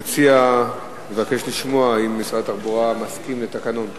המציע מבקש לשמוע אם משרד התחבורה מסכים לתקנון.